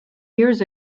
years